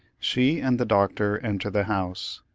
she and the doctor enter the house.